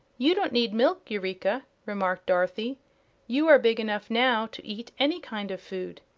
you don't need milk, eureka, remarked dorothy you are big enough now to eat any kind of food.